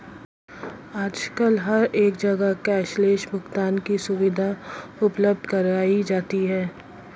आजकल हर एक जगह कैश लैस भुगतान की सुविधा उपलब्ध कराई जाती है